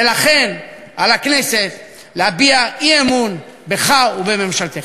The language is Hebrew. ולכן על הכנסת להביע אי-אמון בך ובממשלתך.